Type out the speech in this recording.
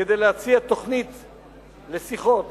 כדי להציע תוכנית לשיחות,